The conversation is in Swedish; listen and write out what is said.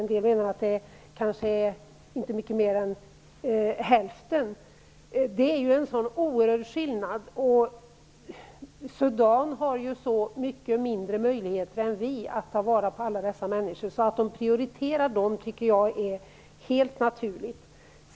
En del menar att det inte är mycket mer än hälften. Det är en sådan oerhörd skillnad. Sudan har så mycket mindre möjligheter än vi att ta vara på alla dessa människor, så att om Eritrea prioriterar dem tycker jag att det är helt naturligt.